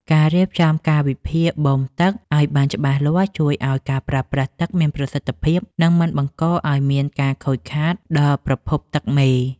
ការរៀបចំកាលវិភាគបូមទឹកឱ្យបានច្បាស់លាស់ជួយឱ្យការប្រើប្រាស់ទឹកមានប្រសិទ្ធភាព និងមិនបង្កឱ្យមានការខូចខាតដល់ប្រភពទឹកមេ។